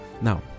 Now